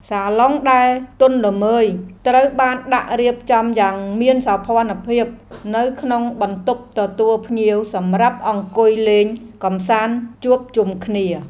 សាឡុងដែលទន់ល្មើយត្រូវបានដាក់រៀបចំយ៉ាងមានសោភ័ណភាពនៅក្នុងបន្ទប់ទទួលភ្ញៀវសម្រាប់អង្គុយលេងកម្សាន្តជួបជុំគ្នា។